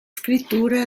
scrittura